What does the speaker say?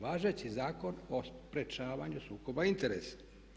Važeći Zakon o sprječavanju sukoba interesa.